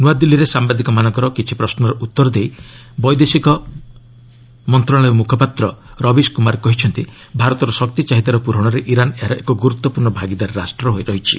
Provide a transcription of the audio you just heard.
ନୂଆଦିଲ୍ଲୀରେ ସାମ୍ଭାଦିକମାନଙ୍କର କିଛି ପ୍ରଶ୍ୱର ଉତ୍ତର ଦେଇ ବୈଦେଶିକ ମନ୍ତ୍ରଣାଳୟ ମୁଖପାତ୍ର ରବିଶ କୁମାର କହିଛନ୍ତି ଭାରତର ଶକ୍ତି ଚାହିଦାର ପୂରଣରେ ଇରାନ୍ ଏହାର ଏକ ଗ୍ରର୍ତ୍ୱପୂର୍ଣ୍ଣ ଭାଗିଦାର ରାଷ୍ଟ୍ର ହୋଇ ରହିଛି